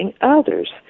others